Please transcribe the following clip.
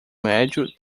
médio